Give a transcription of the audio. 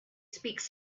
speaks